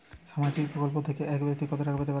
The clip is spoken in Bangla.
সামাজিক প্রকল্প থেকে এক ব্যাক্তি কত টাকা পেতে পারেন?